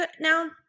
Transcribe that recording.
now